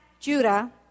Judah